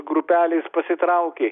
kurie iš tos grupelės pasitraukė